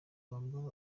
bambara